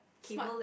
smart